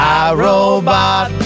iRobot